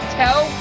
tell